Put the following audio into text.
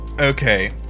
okay